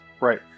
Right